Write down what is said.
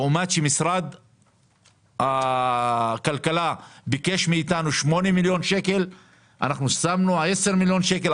משרד הכלכלה ביקש מאתנו 8 מיליון שקלים אבל שמנו 10 מיליון שקלים.